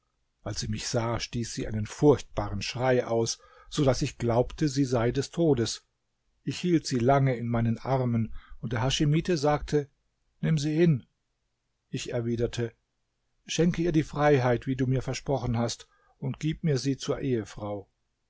als sie mich sah stieß sie einen furchtbaren schrei aus so daß ich glaubte sie sei des todes ich hielt sie lang in meinen armen und der haschimite sagte nimm sie hin ich erwiderte schenke ihr die freiheit wie du mir versprochen hast und gib mir sie zur ehefrau